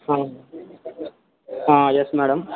yes madam